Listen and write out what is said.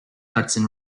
hudson